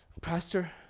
Pastor